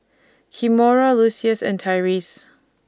Kimora Lucius and Tyreese